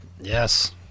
Yes